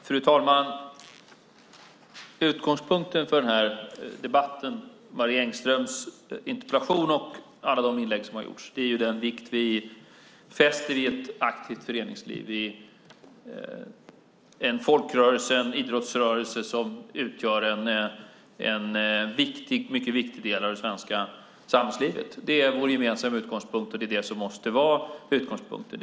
Fru talman! Utgångspunkten för denna debatt om Marie Engströms interpellation och alla inlägg som har gjorts är den vikt som vi fäster vid ett aktivt föreningsliv, en folkrörelse och en idrottsrörelse som utgör en mycket viktig del av det svenska samhällslivet. Det är vår gemensamma utgångspunkt, och det är det som måste vara utgångspunkten.